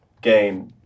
game